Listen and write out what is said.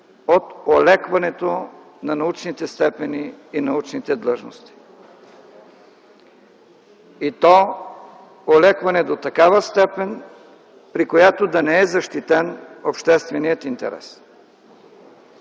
от олекването на научните степени и научните длъжности, и то олекване до такава степен, при която да не е защитен общественият интерес.